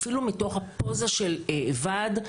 אפילו מתוך הפוזה של ועד.